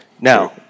now